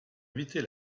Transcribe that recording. éviter